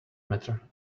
matter